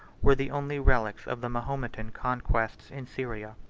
were the only relics of the mahometan conquests in syria.